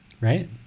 right